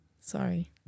Sorry